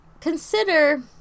Consider